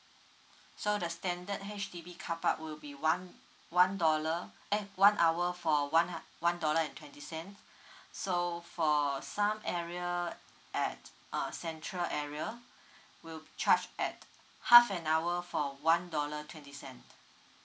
so the standard H_D_B car park will be one one dollar eh one hour for one h~ one dollar and twenty cents so for some area at err central area will be charged at half an hour for one dollar twenty cent